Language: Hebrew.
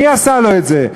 מי עשה לו את זה?